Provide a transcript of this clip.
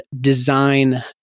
design